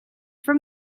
from